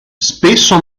spesso